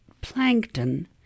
plankton